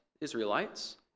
Israelites